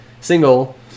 single